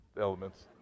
elements